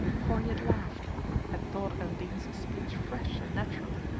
for he had laughed had thought undine's speech fresh and natural!